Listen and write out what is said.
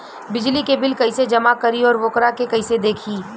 बिजली के बिल कइसे जमा करी और वोकरा के कइसे देखी?